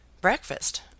Breakfast